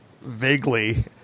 vaguely